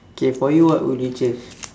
okay for you what would you change